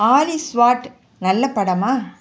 ஆலி ஸ்வாட் நல்ல படமா